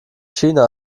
china